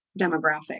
demographic